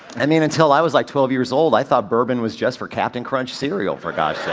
i mean until i was like twelve years old i thought bourbon was just for captain crunch cereal for gosh